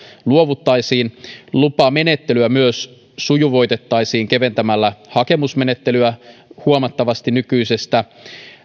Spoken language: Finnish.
luovuttaisiin lupamenettelyä myös sujuvoitettaisiin keventämällä hakemusmenettelyä huomattavasti nykyisestä